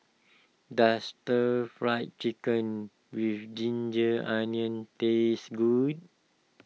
does Stir Fry Chicken with Ginger Onions taste good